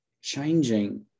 changing